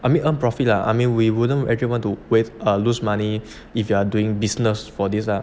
I mean earn profit ah I mean we wouldn't actually want to with err lose money if you are doing business for this ah